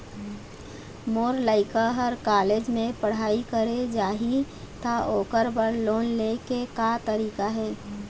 मोर लइका हर कॉलेज म पढ़ई करे जाही, त ओकर बर लोन ले के का तरीका हे?